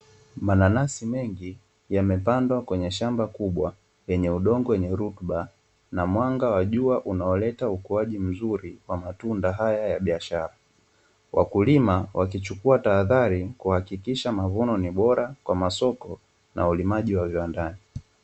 Mananasi mengi yamepandwa kwenye shamba kubwa lenye udongo wenye rutuba na mwanga wa jua unaoleta ukuaji mzuri wa matunda haya ya biashara. Wakulima wakichukua tahadhari kuhakikisha mavuno ni bora kwa masoko na ulimaji wa viwandani